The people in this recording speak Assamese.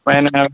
উপাই নাই